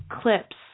clips